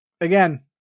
again